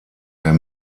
der